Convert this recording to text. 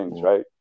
right